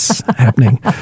happening